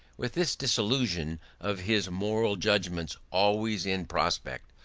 with this dissolution of his moral judgments always in prospect,